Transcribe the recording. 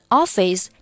office